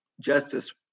Justice